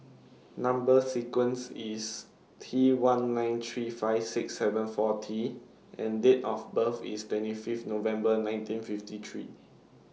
Number sequence IS T one nine three five six seven four T and Date of birth IS twenty Fifth November nineteen fifty three